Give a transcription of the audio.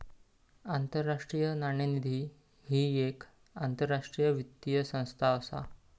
आंतरराष्ट्रीय नाणेनिधी ही येक आंतरराष्ट्रीय वित्तीय संस्था असा